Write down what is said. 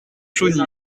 chauny